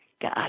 God